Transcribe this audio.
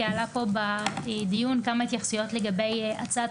כי עלו פה בדיון כמה התייחסויות לגבי הצעת